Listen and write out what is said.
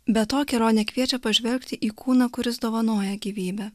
be to kelionė kviečia pažvelgti į kūną kuris dovanoja gyvybę